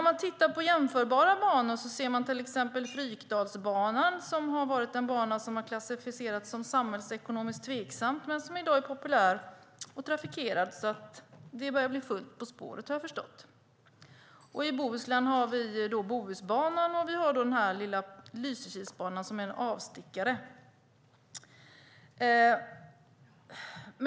Om man tittar på jämförbara banor ser man till exempel Fryksdalsbanan, som har klassificerats som samhällsekonomiskt tveksam. Den är dock i dag är så populär och trafikerad att det börjar bli fullt på spåret, har jag förstått. I Bohuslän har vi Bohusbanan, och vi har den lilla Lysekilsbanan som är en avstickare.